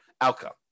outcome